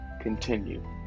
continue